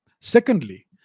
Secondly